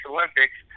Olympics